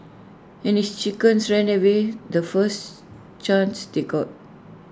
and his chickens ran away the first chance they got